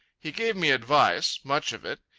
he gave me advice, much of it.